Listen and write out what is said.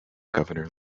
governor